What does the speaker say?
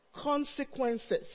consequences